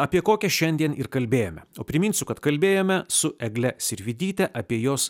apie kokią šiandien ir kalbėjome o priminsiu kad kalbėjome su egle sirvydyte apie jos